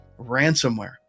ransomware